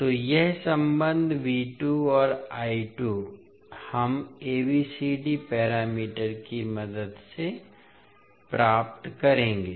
तो यह सम्बन्ध और हम ABCD पैरामीटर की मदद से प्राप्त करेंगे